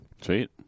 Sweet